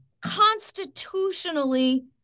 constitutionally